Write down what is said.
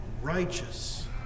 righteous